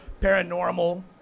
paranormal